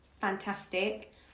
Fantastic